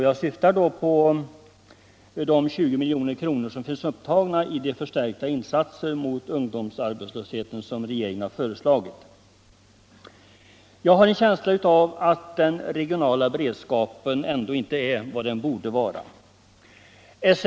Jag syftar då på de 20 milj.kr., som finns upptagna till de förstärkta insatser mot ungdomsarbetslösheten som regeringen har föreslagit. Jag har en känsla av att den regionala beredskapen ändå inte är vad den borde vara.